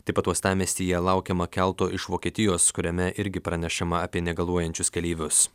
taip pat uostamiestyje laukiama kelto iš vokietijos kuriame irgi pranešama apie negaluojančius keleivius